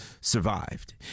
survived